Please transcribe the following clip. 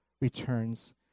returns